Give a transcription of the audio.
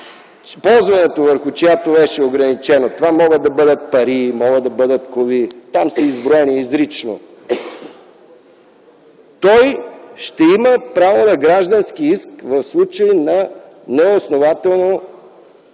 ползването върху чиято вещ е ограничено - това могат да бъдат пари, коли, там са изброени изрично, ще има право на граждански иск в случай на неоснователно